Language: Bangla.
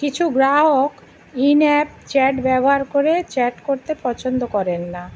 কিছু গ্রাহক ইন অ্যাপ চ্যাট ব্যবহার করে চ্যাট করতে পছন্দ করেন না